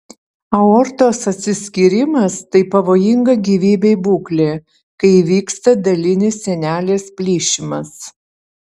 aortos atsiskyrimas tai pavojinga gyvybei būklė kai įvyksta dalinis sienelės plyšimas